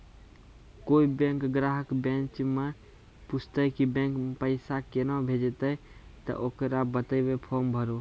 कोय बैंक ग्राहक बेंच माई पुछते की बैंक मे पेसा केना भेजेते ते ओकरा बताइबै फॉर्म भरो